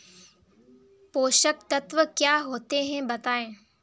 पोषक तत्व क्या होते हैं बताएँ?